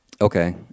Okay